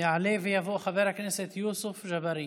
יעלה ויבוא חבר הכנסת יוסף ג'בארין.